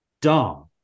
dumb